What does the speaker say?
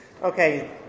Okay